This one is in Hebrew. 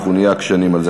אנחנו נהיה עקשנים על זה.